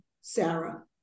Sarah